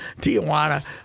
Tijuana